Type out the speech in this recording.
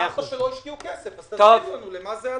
אמרת שלא השקיעו כסף אז תגידו לנו למה הכסף הלך.